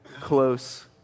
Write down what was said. close